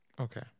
Okay